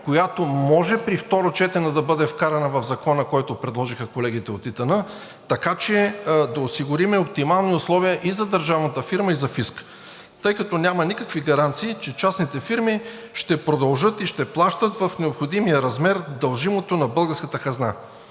която може при второ четене да бъде вкарана в закона, който предложиха колегите от ИТН, така че да осигурим оптимални условия и за държавната фирма, и за фиска, тъй като няма никакви гаранции, че частните фирми ще продължат и ще плащат в необходимия размер дължимото на българската хазна.